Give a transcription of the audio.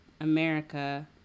America